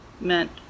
meant